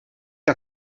que